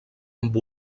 amb